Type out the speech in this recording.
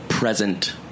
Present